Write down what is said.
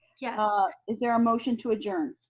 yeah is there a motion to adjourn?